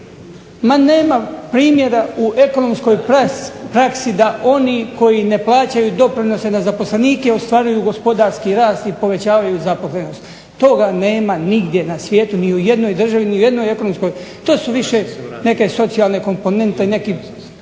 Ma nema primjera u ekonomskoj praksi da oni koji ne plaćaju doprinose na zaposlenike ostvaruju gospodarski rast i povećavaju zaposlenost. Toga nema nigdje na svijetu, ni u jednoj državi, ni u jednoj ekonomskoj, to su više neke socijalne komponente, ali